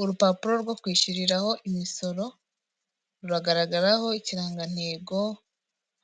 Urupapuro rwo kwishuriraho imisoro ruragaragaraho ikirangantego,